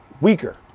weaker